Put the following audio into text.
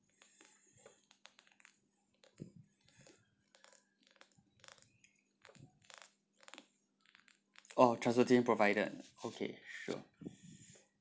oh transportation provided okay sure